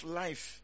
life